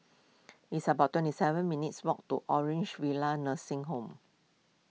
it's about twenty seven minutes' walk to Orange Nursing Home